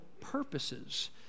purposes